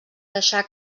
deixar